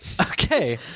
okay